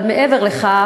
אבל מעבר לכך,